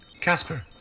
Casper